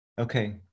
Okay